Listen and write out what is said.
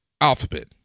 Alphabet